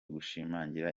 gushimangira